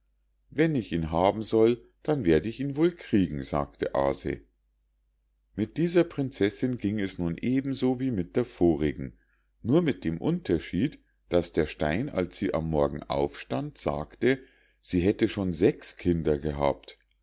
wenn ich ihn haben soll dann werd ich ihn wohl kriegen sagte aase mit dieser prinzessinn ging es nun eben so wie mit der vorigen nur mit dem unterschied daß der stein als sie am morgen aufstand sagte sie hätte schon sechs kinder gehabt